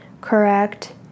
correct